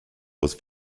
was